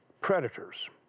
predators